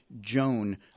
joan